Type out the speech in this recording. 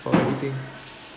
for everything